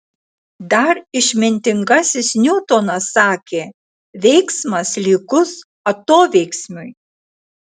dar išmintingasis niutonas sakė veiksmas lygus atoveiksmiui